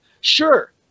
Sure